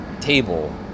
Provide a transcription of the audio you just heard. table